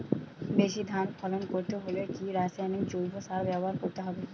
বেশি ধান ফলন করতে হলে কি রাসায়নিক জৈব সার ব্যবহার করতে হবে?